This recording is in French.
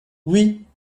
oui